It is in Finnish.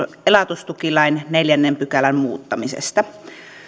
elatustukilain neljännen pykälän muuttamisesta